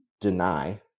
deny